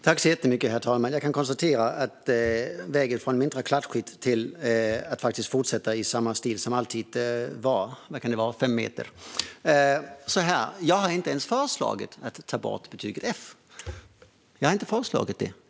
Herr talman! Jag kan konstatera att vägen från mindre klatschigt till att fortsätta i samma stil som alltid var ungefär fem meter lång. Jag har inte ens föreslagit att vi ska ta bort betyget F. Jag har inte föreslagit det.